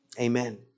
Amen